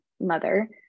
mother